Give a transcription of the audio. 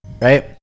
right